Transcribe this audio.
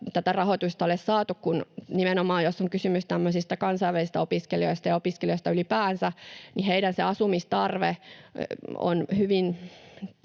tätä rahoitusta ei ole saatu, vaikka nimenomaan, jos on kysymys tämmöisistä kansainvälisistä opiskelijoista ja opiskelijoista ylipäänsä, heidän asumistarpeensa hyvin